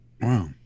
Wow